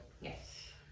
Yes